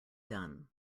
done